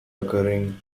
occurring